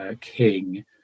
king